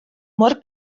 mor